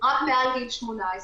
רק מעל גיל 18,